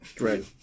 Right